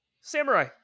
Samurai